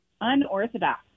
Unorthodox